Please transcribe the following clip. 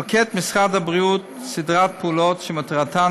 נוקט משרד הבריאות סדרת פעולות שמטרתן